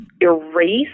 erase